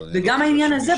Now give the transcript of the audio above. וגם העניין הזה,